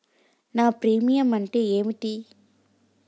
నా ప్రీమియం అంటే ఏమిటి?